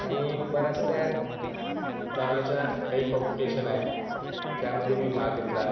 आणि बरेचसे धावण्याच्या काही कॉम्पिटिशन आहे त्यामध्ये मी भाग घेतला